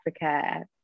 Africa